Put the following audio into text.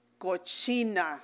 cochina